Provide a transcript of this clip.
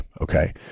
okay